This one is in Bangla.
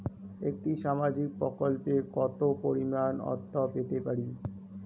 একটি সামাজিক প্রকল্পে কতো পরিমাণ অর্থ পেতে পারি?